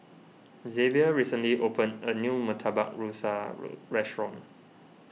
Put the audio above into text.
Zavier recently opened a new Murtabak Rusa road restaurant